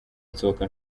nsohoka